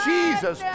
Jesus